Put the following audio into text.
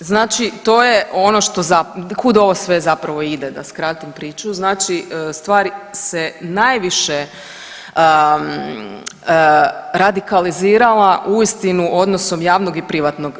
znači to je ono što, kud ovo sve zapravo ide, da skratim priču znači stvar se najviše radikalizirala uistinu odnosom javnog i privatnog.